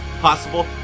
possible